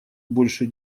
больше